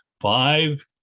five